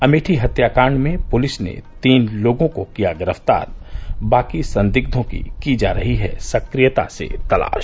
अमेठी हत्याकांड में पुलिस ने तीन लोगों को किया गिरफ्तार बाकी संदिग्धों की जा रही है सक्रियता से तलाश